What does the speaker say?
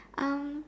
um